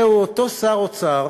זהו אותו שר אוצר